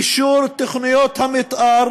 אישור תוכניות המתאר